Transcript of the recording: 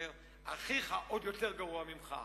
והוא אומר: אחיך עוד יותר גרוע ממך.